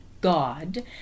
God